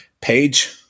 page